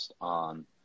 on